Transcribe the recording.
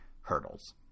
hurdles